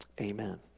Amen